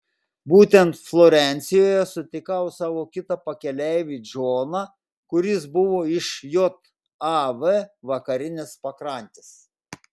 būtent florencijoje sutikau savo kitą pakeleivį džoną kuris buvo iš jav vakarinės pakrantės